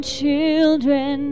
children